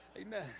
Amen